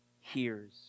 hears